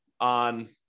on